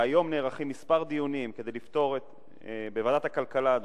והיום נערכים כמה דיונים בוועדת הכלכלה,